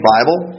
Bible